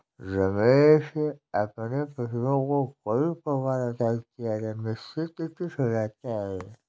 रमेश अपने पशुओं को कई प्रकार का चारा मिश्रित करके खिलाता है